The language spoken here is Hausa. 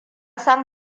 san